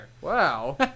Wow